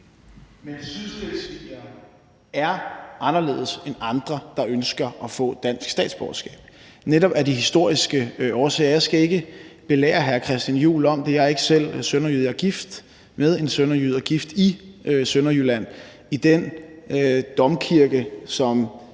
Men sydslesvigere er anderledes end andre, der ønsker at få dansk statsborgerskab, netop af de historiske årsager. Jeg skal ikke belære hr. Christian Juhl om det. Jeg er ikke selv sønderjyde, men jeg er gift med en sønderjyde og gift i Sønderjylland i den domkirke, som